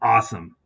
Awesome